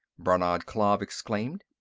brannad klav exclaimed.